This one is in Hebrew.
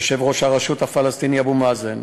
יושב-ראש הרשות הפלסטינית אבו מאזן,